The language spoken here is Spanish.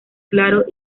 claro